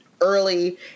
early